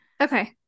Okay